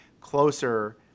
closer